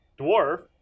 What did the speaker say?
dwarf